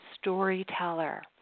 storyteller